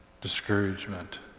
discouragement